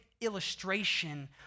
illustration